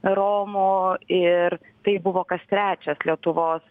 romų ir tai buvo kas trečias lietuvos